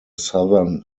southern